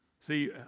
See